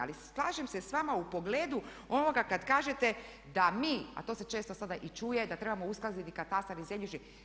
Ali slažem se s vama u pogledu onoga kad kažete da mi a to se često sada i čuje, da trebamo uskladiti katastar i zemljišni.